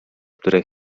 które